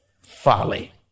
folly